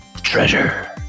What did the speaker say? treasure